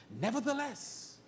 Nevertheless